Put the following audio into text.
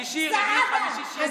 שלישי, רביעי, חמישי, שישי, אין דיונים.